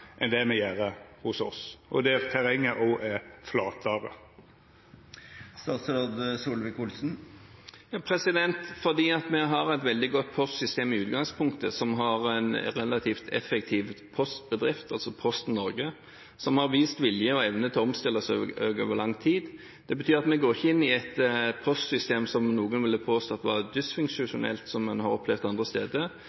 enn det me gjer hos oss, og der terrenget òg er flatare. Det er fordi vi har et veldig godt postsystem i utgangspunktet, med en relativt effektiv postbedrift, altså Posten Norge, som har vist vilje og evne til å omstille seg over lang tid. Det betyr at vi går ikke inn i et postsystem som noen ville påstått var dysfunksjonelt, slik en har opplevd andre steder.